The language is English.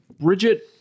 Bridget